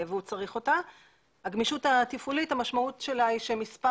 המשמעות של הגמישות התפעולית היא שמספר